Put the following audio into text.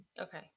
okay